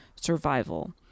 survival